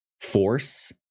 force